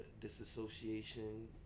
disassociation